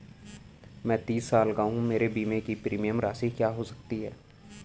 मैं तीस साल की हूँ मेरे बीमे की प्रीमियम राशि क्या हो सकती है?